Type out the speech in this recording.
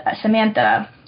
Samantha